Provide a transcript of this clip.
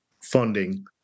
funding